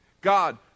god